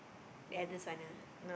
ya this one